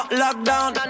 lockdown